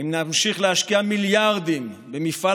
האם נמשיך להשקיע מיליארדים במפעל